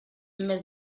més